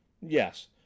Yes